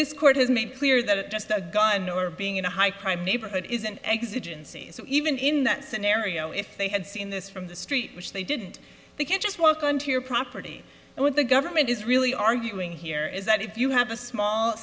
this court has made clear that it does that guy never being in a high crime neighborhood is an exit even in that scenario if they had seen this from the street which they didn't they can't just walk onto your property what the government is really arguing here is that if you have a small